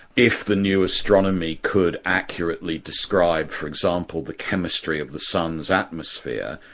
if the new astronomy could accurately describe, for example, the chemistry of the sun's atmosphere,